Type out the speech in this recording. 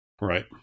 Right